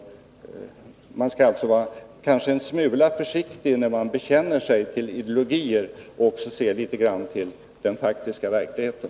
Man skall alltså vara en smula försiktig när man bekänner sig till ideologier och också se litet grand till den faktiska verkligheten.